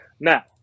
Now